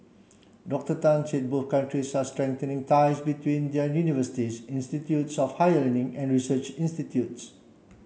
Doctor Tan said both countries are strengthening ties between their universities institutes of higher learning and research institutes